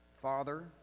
Father